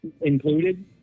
included